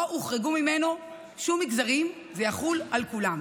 לא הוחרג ממנו שום מגזר, זה יחול על כולם.